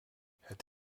het